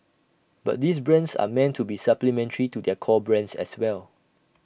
but these brands are meant to be supplementary to their core brands as well